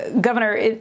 Governor